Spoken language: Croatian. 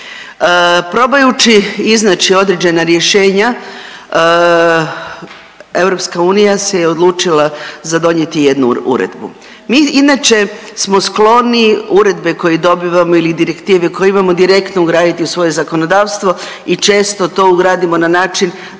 Probajući iznaći određena rješenja EU se odlučila za donijeti jednu uredbu. Mi inače smo skloni uredbe koje dobivamo ili direktive koje imamo direktno ugraditi u svoje zakonodavstvo i često to ugradimo na način